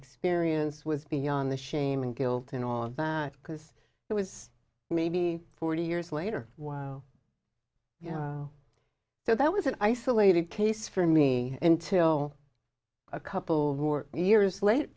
experience was beyond the shame and guilt and all that because it was maybe forty years later while you know so that was an isolated case for me until a couple more years late